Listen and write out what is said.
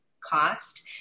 cost